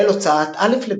מנהל הוצאת א.